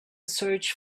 search